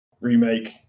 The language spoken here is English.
remake